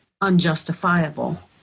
unjustifiable